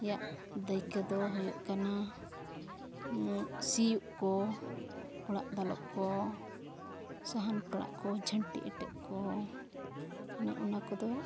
ᱛᱮᱭᱟᱜ ᱫᱟᱹᱭᱠᱟᱹ ᱫᱚ ᱦᱩᱭᱩᱜ ᱠᱟᱱᱟ ᱥᱩᱭᱩᱜ ᱠᱚ ᱚᱲᱟᱜ ᱫᱟᱞᱚᱵᱽ ᱠᱚ ᱥᱟᱦᱟᱱ ᱯᱟᱲᱟᱜ ᱠᱚ ᱡᱷᱟᱹᱱᱴᱤ ᱮᱴᱮᱫ ᱠᱚ ᱚᱱᱮ ᱚᱱᱟ ᱠᱚᱫᱚ